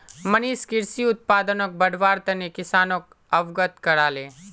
मनीष कृषि उत्पादनक बढ़व्वार तने किसानोक अवगत कराले